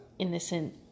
innocent